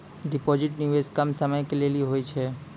Deposit निवेश कम समय के लेली होय छै?